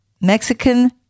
Mexican